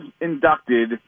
inducted